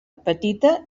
petita